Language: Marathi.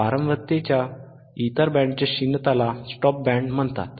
वारंवारतेच्या इतर बँडच्या क्षीणतेला स्टॉप बँड म्हणतात